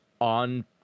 on